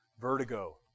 Vertigo